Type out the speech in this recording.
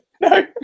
No